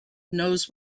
knows